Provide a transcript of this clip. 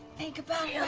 think about